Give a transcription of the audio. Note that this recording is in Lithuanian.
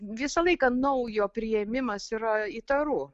visą laiką naujo priėmimas yra įtaru